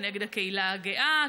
כנגד הקהילה הגאה,